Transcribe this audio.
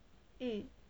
mm